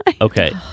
Okay